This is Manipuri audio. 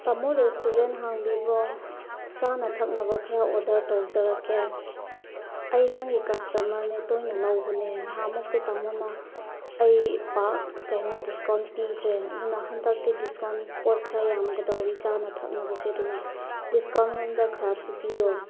ꯇꯥꯃꯣ ꯔꯦꯁꯇꯨꯔꯦꯟ ꯍꯥꯡꯕꯤꯕ꯭ꯔꯣ ꯆꯥꯅ ꯊꯛꯅꯕ ꯈꯔ ꯑꯣꯔꯗꯔ ꯇꯧꯖꯔꯛꯀꯦ ꯑꯩ ꯅꯪꯒꯤ ꯀꯁꯇꯃꯔꯅꯦ ꯇꯣꯏꯅ ꯂꯧꯕꯅꯦ ꯅꯍꯥꯟꯃꯨꯛꯀꯤ ꯇꯥꯃꯣꯅ ꯑꯩ ꯄꯥꯛ ꯀꯩꯅꯣ ꯗꯤꯁꯀꯥꯎꯟ ꯄꯤꯗ꯭ꯔꯦ ꯑꯗꯨꯅ ꯍꯟꯗꯛꯇꯤ ꯗꯤꯁꯀꯥꯎꯟ ꯄꯣꯠ ꯈꯔ ꯌꯥꯝꯒꯗꯧꯔꯤ ꯆꯥꯅ ꯊꯛꯅꯕꯁꯦ ꯑꯗꯨꯅ ꯗꯤꯁꯀꯥꯎꯟꯂꯣꯝꯗ ꯈꯔ ꯄꯤꯕꯤꯌꯣ